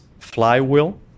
flywheel